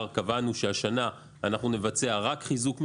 קבענו שהשנה אנחנו נבצע רק חיזוק מבנים.